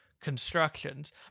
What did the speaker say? constructions